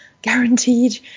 guaranteed